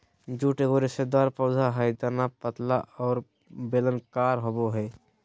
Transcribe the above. jute एगो रेशेदार पौधा हइ तना पतला और बेलनाकार होबो हइ